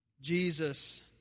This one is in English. Jesus